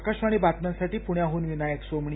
आकाशवाणी बातम्यांसाठी पुण्याहून विनायक सोमणी